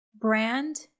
brand